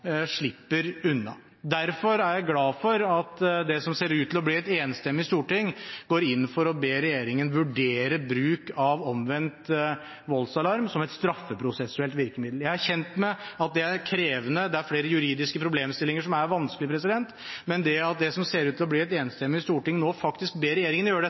slipper unna. Derfor er jeg glad for at det som ser ut til å bli et enstemmig storting, går inn for å be regjeringen vurdere bruk av omvendt voldsalarm som et straffeprosessuelt virkemiddel. Jeg er kjent med at det er krevende. Det er flere juridiske problemstillinger som er vanskelige, men det at det som ser ut til å bli et enstemmig storting, nå faktisk ber regjeringen gjøre